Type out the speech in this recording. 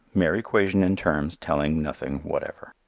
mere equation in terms, telling nothing whatever.